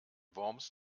worms